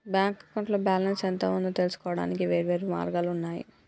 bank అకౌంట్లో balance ఎంత ఉందో తెలుసుకోవడానికి వేర్వేరు మార్గాలు ఉన్నయి